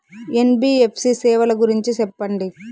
NBFC సేవల గురించి సెప్పండి?